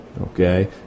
okay